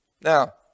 Now